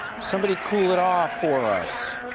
somebody cool it off for us.